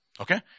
Okay